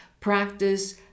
practice